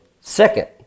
Second